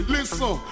Listen